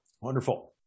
Wonderful